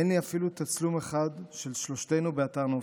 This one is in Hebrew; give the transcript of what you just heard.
אין לי אפילו תצלום אחד של שלושתנו באתר נופש.